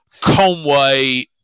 Conway